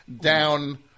down